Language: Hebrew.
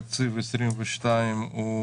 תקציב 2022 הוא